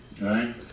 right